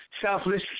selfless